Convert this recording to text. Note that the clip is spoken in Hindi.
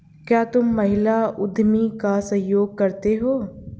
क्या तुम महिला उद्यमी का सहयोग करते हो?